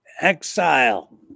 Exile